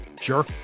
Sure